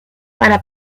para